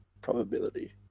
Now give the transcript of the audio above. probability